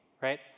right